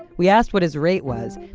we asked what his rate was,